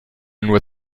nur